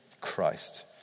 Christ